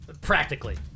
Practically